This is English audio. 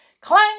Clang